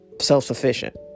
self-sufficient